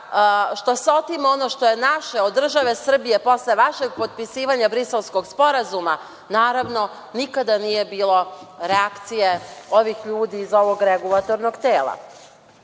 što se otima ono što je naše od države Srbije, posle vašeg potpisivanja Briselskog sporazuma? Naravno, nikada nije bilo reakcije ovih ljudi iz ovog regulatornog tela. Mi